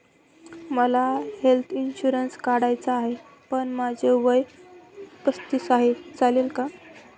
मला health insurance काढायचा आहे पण माझे वय पस्तीस आहे, चालेल का?